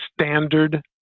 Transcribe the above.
standard